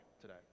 today